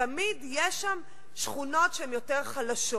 תמיד יש שם שכונות שהן יותר חלשות,